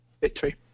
victory